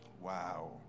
Wow